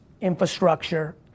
infrastructure